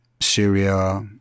Syria